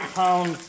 pound